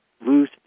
lose